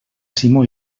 simó